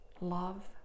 love